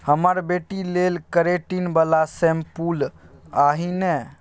हमर बेटी लेल केरेटिन बला शैंम्पुल आनिहे